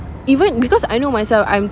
even because I know myself I'm